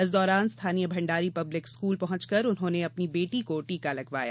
इस दौरान स्थानीय भण्डारी पब्लिक स्कूल पहॅचकर उन्होंने अपनी बेटी को टीका लगवाया